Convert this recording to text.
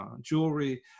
jewelry